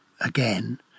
again